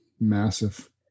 massive